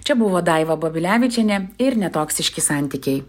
čia buvo daiva babilevičienė ir netoksiški santykiai